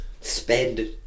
spend